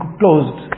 closed